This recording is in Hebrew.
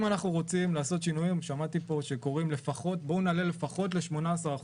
אם רוצים לעשות שינויים בואו נעלה לפחות ל 18%,